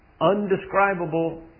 undescribable